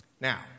Now